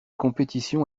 compétition